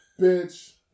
Bitch